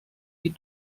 die